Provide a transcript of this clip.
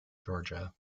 georgia